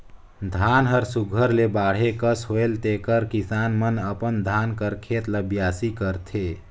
धान हर सुग्घर ले बाढ़े कस होएल तेकर किसान मन अपन धान कर खेत ल बियासी करथे